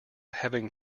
having